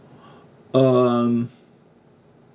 um